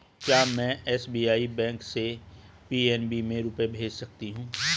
क्या में SBI bank से पी.एन.बी में रुपये भेज सकती हूँ?